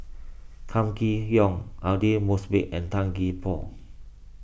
Kam Kee Yong Aidli Mosbit and Tan Gee Paw